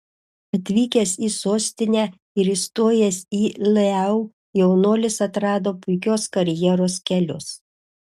atvykęs į sostinę ir įstojęs į leu jaunuolis atrado puikios karjeros kelius